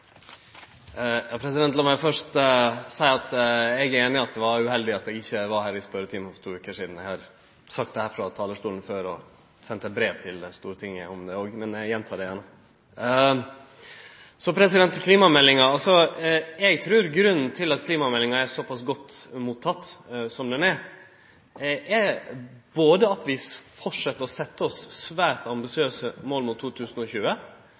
meg først seie at eg er einig at det var uheldig at eg ikkje var her i spørjetimen for to veker sidan – eg har sagt dette frå talarstolen før og sendt eit brev til Stortinget om det, men eg gjentek det gjerne. Eg trur at grunnen til at klimameldinga har vorte så godt motteken som ho har vorte, er både at vi fortset å setje oss svært ambisiøse mål fram mot 2020,